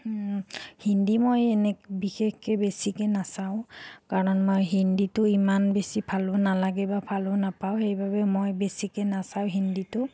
হিন্দী মই এনে বিশেষকৈ বেছিকৈ নাচাওঁ কাৰণ মই হিন্দীটো ইমান বেছি ভালো নালাগে বা ভালো নাপাওঁ সেইবাবে মই বেছিকৈ নাচাওঁ হিন্দীটো